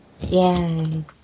Yay